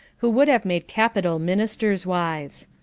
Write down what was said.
who would have made capital ministers' wives.